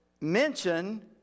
mention